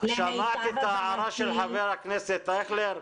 שמעת את ההערה של חבר הכנסת אייכלר?